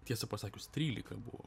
tiesą pasakius trylika buvo